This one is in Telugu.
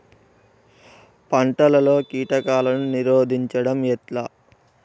పంటలలో కీటకాలను నిరోధించడం ఎట్లా?